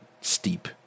steep